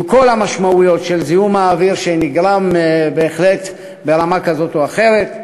עם כל המשמעויות של זיהום האוויר שנגרם בהחלט ברמה כזאת או אחרת.